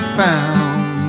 found